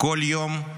כל יום,